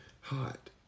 Hot